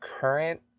current